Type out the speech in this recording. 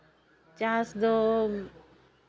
ᱪᱟᱥ ᱫᱚ